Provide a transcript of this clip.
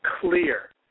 clear